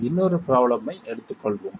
இன்னொரு ப்ராப்ளம் ஐ எடுத்துக் கொள்வோம்